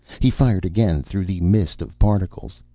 he fired again through the mist of particles.